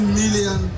million